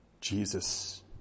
Jesus